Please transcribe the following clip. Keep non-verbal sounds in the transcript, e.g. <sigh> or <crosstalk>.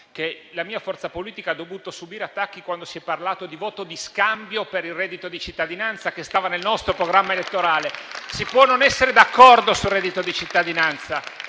che la mia forza politica ha dovuto subire attacchi quando si è parlato di voto di scambio per il reddito di cittadinanza, che era nel nostro programma elettorale. <applause> Si può non essere d'accordo sul reddito di cittadinanza